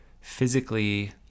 physically